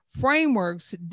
Frameworks